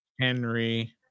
Henry